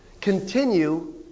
continue